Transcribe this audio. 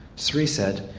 sri said,